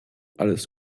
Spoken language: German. alles